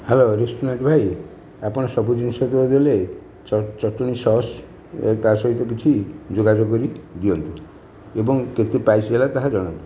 hello restaurant ଭାଇ ଆପଣ ସବୁ ଜିନିଷ ତ ଦେଲେ ଚ ଚଟଣୀ ସସ୍ ୟେ ତା ସହିତ କିଛି ଯୋଗାଡ଼ କରି ଦିଅନ୍ତୁ ଏବଂ କେତେ ପ୍ରାଇସ୍ ହେଲା ତାହା ଜଣାନ୍ତୁ